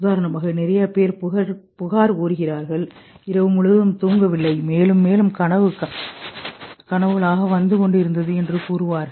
உதாரணமாக நிறைய பேர் புகார் கூறுகிறார்கள் இரவு முழுவதும் தூங்கவில்லை மேலும் மேலும் கனவு காவந்து கொண்டு இருந்தது என்று கூறுவார்கள்